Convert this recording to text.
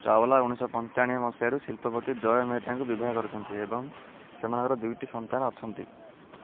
ଚାୱଲା ଉଣେଇଶହ ପଞ୍ଚାନବେ ମସିହାରୁ ଶିଳ୍ପପତି ଜୟ ମେହେଟ୍ଟାଙ୍କୁ ବିବାହ କରିଛନ୍ତି ଏବଂ ସେମାନଙ୍କର ଦୁଇଟି ସନ୍ତାନ ଅଛନ୍ତି